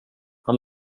han